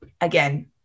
again